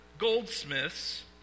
goldsmiths